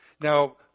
Now